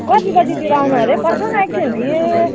कति बजेतिर आउनु अरे पर्ख न एकछिन ए